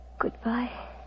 goodbye